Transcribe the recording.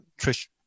Trish